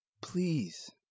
Please